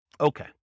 Okay